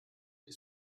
die